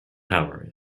power